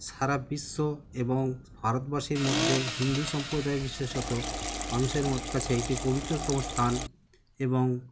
সারা বিশ্ব এবং ভারতবাসীর মধ্যে হিন্দু সম্প্রদায়ের বিশেষত মানুষের ম কাছে একটি পবিত্রতম স্থান এবং